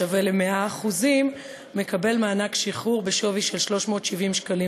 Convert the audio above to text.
בדומה למענק שחרור משירות צבאי,